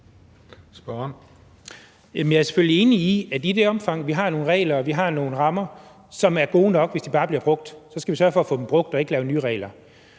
Jeg er selvfølgelig enig i, at i det omfang, vi har nogen regler og vi har nogle rammer, som er gode nok, hvis bare de bliver brugt, skal vi sørge for at få dem brugt og ikke lave nye regler.